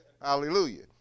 hallelujah